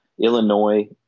Illinois